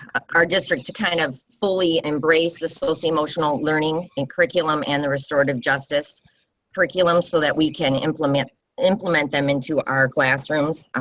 our district to kind of fully embrace the social emotional learning and curriculum and the restorative justice curriculum so that we can implement implement them into our classrooms.